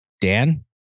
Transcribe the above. Dan